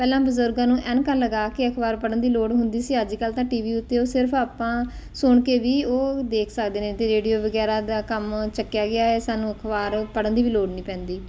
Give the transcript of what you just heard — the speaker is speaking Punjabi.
ਪਹਿਲਾਂ ਬਜ਼ੁਰਗਾਂ ਨੂੰ ਐਨਕਾਂ ਲਗਾ ਕੇ ਅਖਬਾਰ ਪੜ੍ਹਨ ਦੀ ਲੋੜ ਹੁੰਦੀ ਸੀ ਅੱਜ ਕੱਲ੍ਹ ਤਾਂ ਟੀ ਵੀ ਉੱਤੇ ਉਹ ਸਿਰਫ ਆਪਾਂ ਸੁਣ ਕੇ ਵੀ ਉਹ ਦੇਖ ਸਕਦੇ ਨੇ ਅਤੇ ਰੇਡੀਓ ਵਗੈਰਾ ਦਾ ਕੰਮ ਚੱਕਿਆ ਗਿਆ ਹੈ ਸਾਨੂੰ ਅਖਬਾਰ ਪੜ੍ਹਨ ਦੀ ਵੀ ਲੋੜ ਨਹੀਂ ਪੈਂਦੀ